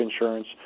insurance